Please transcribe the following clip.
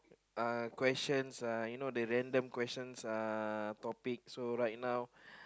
uh questions uh you know the random questions uh topic so right now